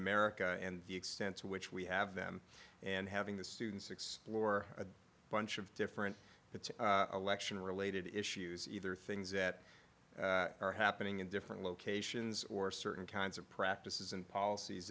america and the extent to which we have them and having the students explore a bunch of different it's election related issues either things that are happening in different locations or certain kinds of practices and policies